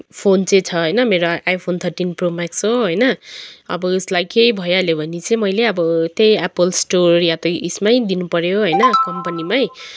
phone चाहिँ छ होइन मेरो आइफोन थर्टिन प्रो मेक्स हो होइन अब उसलाई केही भइहाल्यो भने चाहिँ मैले त्यही एप्पल स्टोर या त यसमै दिनुपर्यो होइन कोम्पनीमै